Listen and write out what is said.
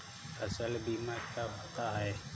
फसल बीमा क्या होता है?